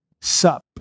Sup